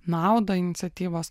naudą iniciatyvos